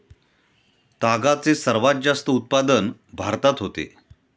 तागाचे सर्वात जास्त उत्पादन भारतात होते